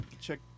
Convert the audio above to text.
Check